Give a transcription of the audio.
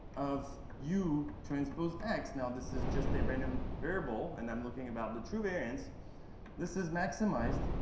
of u transpose x now, this is just a random variable, and i'm looking about the true variance this is maximized